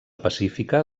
pacífica